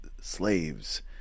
slaves